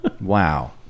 wow